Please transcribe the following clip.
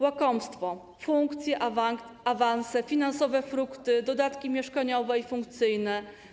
Łakomstwo - funkcje, awanse, finansowe frukty, dodatki mieszkaniowe i funkcyjne.